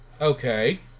Okay